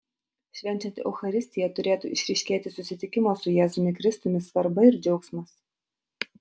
švenčiant eucharistiją turėtų išryškėti susitikimo su jėzumi kristumi svarba ir džiaugsmas